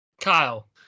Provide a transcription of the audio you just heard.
Kyle